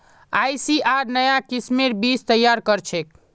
ICAR नाया किस्मेर बीज तैयार करछेक